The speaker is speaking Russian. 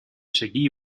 шаги